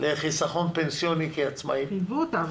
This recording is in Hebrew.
לחיסכון פנסיוני כעצמאים --- חייבו אותם.